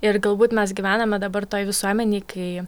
ir galbūt mes gyvename dabar toj visuomenėj kai